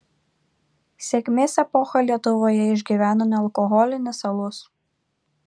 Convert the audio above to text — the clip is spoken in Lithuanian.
sėkmės epochą lietuvoje išgyvena nealkoholinis alus